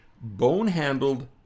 bone-handled